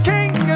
King